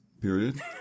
period